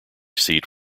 seat